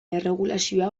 erregulazioa